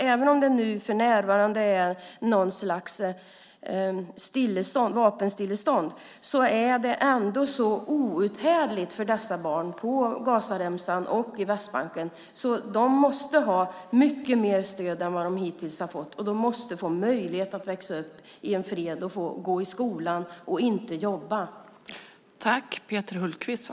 Även om det för närvarande är något slags vapenstillestånd är det så outhärdligt för dessa barn på Gazaremsan och Västbanken att de måste ha mycket mer stöd än vad de hittills har fått och måste få möjlighet att växa upp i fred, gå i skolan och inte jobba.